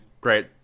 Great